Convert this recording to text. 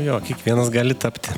jo kiekvienas gali tapti